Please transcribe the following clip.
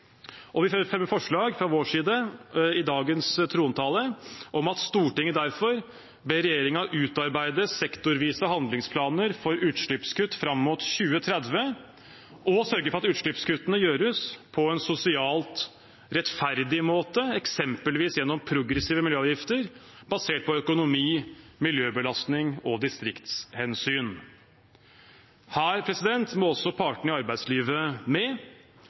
fremmer forslag fra vår side i dagens trontaledebatt om at Stortinget derfor ber regjeringen utarbeide sektorvise handlingsplaner for utslippskutt fram mot 2030 og sørge for at utslippskuttene gjøres på en sosialt rettferdig måte, eksempelvis gjennom progressive miljøavgifter basert på økonomi, miljøbelastning og miljøhensyn. Her må også partene i arbeidslivet med.